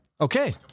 Okay